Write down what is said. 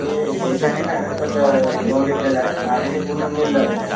me A H D F C फायनान्सचा loan घेतलेला आहे आणि ते पूर्ण नील झालेले आहे